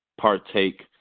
partake